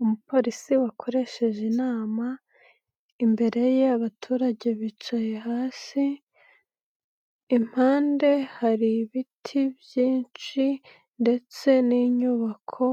Umupolisi wakoresheje inama imbere ye abaturage bicaye hasi, impande hari ibiti byinshi ndetse n'inyubako